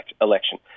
election